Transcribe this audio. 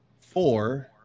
Four